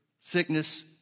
sickness